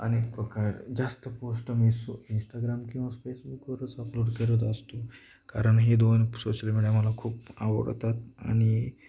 अनेक प्रकार जास्त पोस्ट मिसो इंस्टाग्राम किंवा फेसबुकवरच अपलोड करत असतो कारण हे दोन सोशल मीडिया मला खूप आवडतात आणि